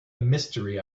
mystery